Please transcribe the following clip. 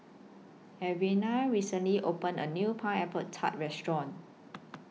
Alvena recently opened A New Pineapple Tart Restaurant